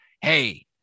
Hey